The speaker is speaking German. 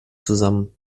zusammen